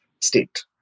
state